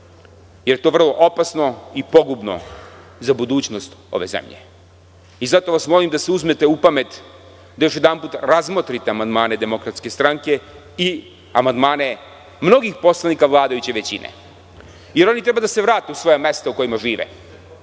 jer je to vrlo opasno i pogubno za budućnost ove zemlje. Zato vas molim da se uzmete u pamet, da još jedanput razmotrite amandmane DS i amandmane mnogih poslanika vladajuće većine, jer oni treba da se vrate u svoja mesta u kojima žive.